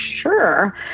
sure